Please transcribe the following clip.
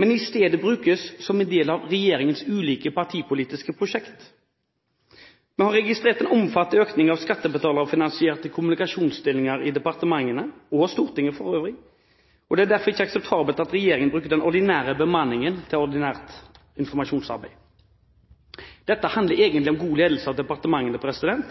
men i stedet brukes som en del av regjeringens ulike partipolitiske prosjekt. Vi har registrert en omfattende økning av skattebetalerfinansierte kommunikasjonsstillinger i departementene – og Stortinget, for øvrig – og det er derfor ikke akseptabelt at regjeringen bruker den ordinære bemanningen til ordinært informasjonsarbeid. Dette handler egentlig om